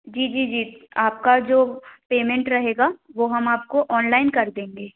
जी जी जी आपका जो पेमेंट रहेगा वो हम आपको ऑनलाइन कर देंगे